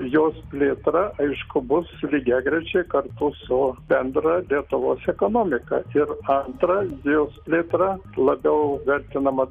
jos plėtra aišku bus lygiagrečiai kartu su bendra lietuvos ekonomika ir antra jos plėtra labiau vertinama